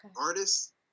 artists